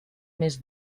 més